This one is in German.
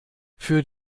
für